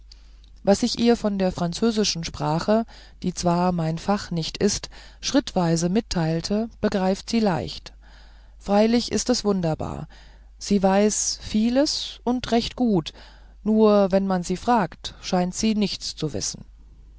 was ich ihr von der französischen sprache die zwar mein fach nicht ist schrittweise mitteilte begriff sie leicht freilich ist es wunderbar sie weiß vieles und recht gut nur wenn man sie fragt scheint sie nichts zu wissen